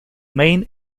main